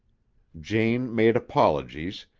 jane made apologies,